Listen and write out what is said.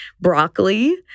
broccoli